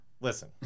Listen